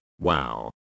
wow